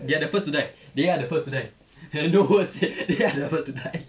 they are the first to die they are the first to die hello ah seh they are first to die